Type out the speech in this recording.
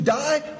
die